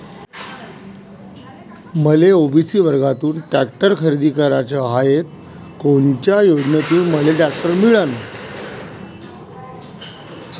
मले ओ.बी.सी वर्गातून टॅक्टर खरेदी कराचा हाये त कोनच्या योजनेतून मले टॅक्टर मिळन?